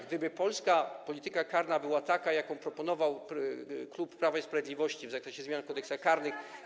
Gdyby polska polityka karna była taka, jaką proponował klub Prawa i Sprawiedliwości przy zmianach w kodeksach karnych.